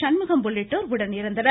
சண்முகம் உள்ளிட்டோர் உடனிருந்தனர்